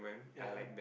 ya